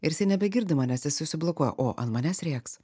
ir jisai nebegirdi manęs jisai užsiblokuoja o ant manęs rėks